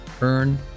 Earn